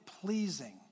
pleasing